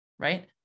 Right